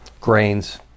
grains